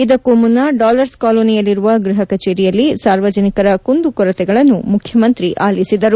ಇದಕ್ಕೂ ಮುನ್ನ ಡಾಲರ್ಸ್ ಕಾಲೋನಿಯಲ್ಲಿರುವ ಗೃಹ ಕಚೇರಿಯಲ್ಲಿ ಸಾರ್ವಜನಿಕರ ಕುಂದು ಕೊರತೆಗಳನ್ನು ಮುಖ್ಯಮಂತ್ರಿ ಆಲಿಸಿದರು